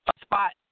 spot